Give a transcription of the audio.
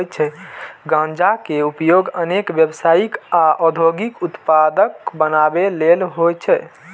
गांजा के उपयोग अनेक व्यावसायिक आ औद्योगिक उत्पाद बनबै लेल होइ छै